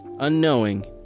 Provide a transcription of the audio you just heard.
Unknowing